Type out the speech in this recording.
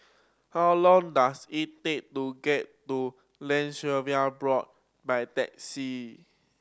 how long does it take to get to Land Surveyors Board by taxi